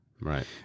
right